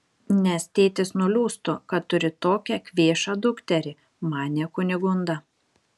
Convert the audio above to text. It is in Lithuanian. nes tėtis nuliūstų kad turi tokią kvėšą dukterį manė kunigunda